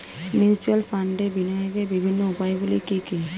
Mutual ফান্ডে বিনিয়োগের বিভিন্ন উপায়গুলি কি কি?